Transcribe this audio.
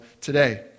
today